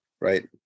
right